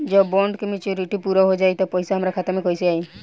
जब बॉन्ड के मेचूरिटि पूरा हो जायी त पईसा हमरा खाता मे कैसे आई?